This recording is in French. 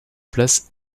place